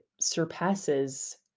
surpasses